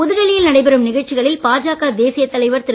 புதுடில்லியில் நடைபெறும் நிகழ்ச்சிகளில் பாஜக தேசியத் தலைவர் திரு